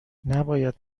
نباید